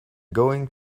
going